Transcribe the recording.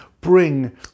bring